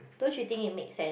don't you think it make sense